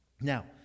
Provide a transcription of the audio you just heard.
Now